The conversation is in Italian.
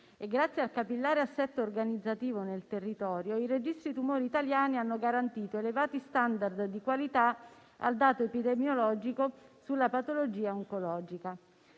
del capillare assetto organizzativo nel territorio, i registri tumori italiani hanno garantito elevati *standard* di qualità al dato epidemiologico sulla patologia oncologica.